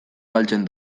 galtzen